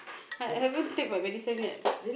I haven't take my medicine yet